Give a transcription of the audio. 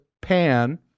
pan